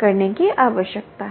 करने की आवश्यकता है